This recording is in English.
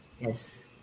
Yes